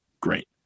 great